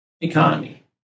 economy